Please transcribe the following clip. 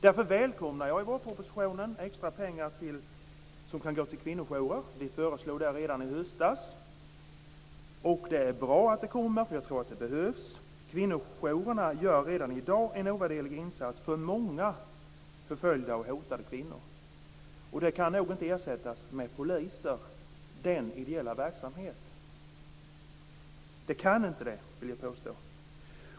Därför välkomnar jag de extrapengar som kan gå till kvinnojourer som föreslås i vårpropositionen. Moderaterna föreslog det redan i höstas. Det är bra att det kommer, eftersom jag tror att det behövs. Kvinnojourerna gör redan i dag en ovärderlig insats för många förföljda och hotade kvinnor. Jag vill påstå att den ideella verksamheten kan inte ersättas med poliser.